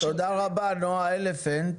תודה רבה נועה אלפנט.